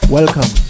Welcome